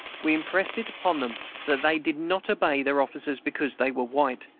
we impressed it upon them that they did not obey their officers because they were white,